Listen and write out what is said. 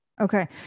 Okay